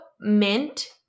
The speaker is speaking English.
Mint